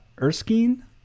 Erskine